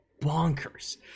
bonkers